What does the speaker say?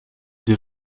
des